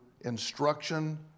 instruction